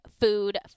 food